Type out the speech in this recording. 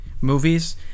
movies